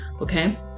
Okay